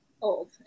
old